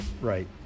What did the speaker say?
Right